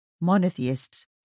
monotheists